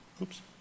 Oops